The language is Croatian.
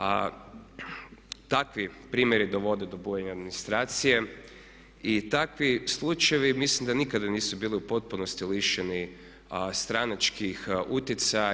A takvi primjeri dovode do bujanja administracije i takvi slučajevi mislim da nikada nisu bili u potpunosti lišeni stranačkih utjecaja.